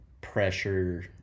pressure